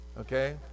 okay